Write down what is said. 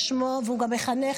והוא גם מחנך,